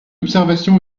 observation